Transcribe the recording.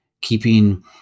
Keeping